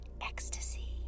ecstasy